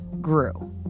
grew. —